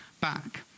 back